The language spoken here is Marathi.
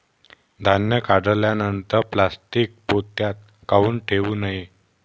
धान्य काढल्यानंतर प्लॅस्टीक पोत्यात काऊन ठेवू नये?